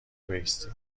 بایستی